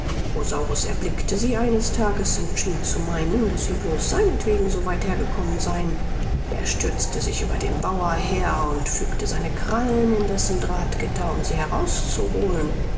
erblickte sie eines tages und schien zu meinen daß sie blos seinetwegen so weit hergekommen seien er stürzte sich über den bauer her und fügte seine krallen in dessen drathgitter um sie herauszuholen